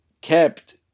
kept